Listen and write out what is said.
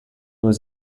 was